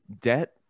Debt